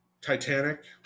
Titanic